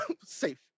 safe